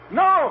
no